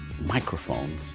microphone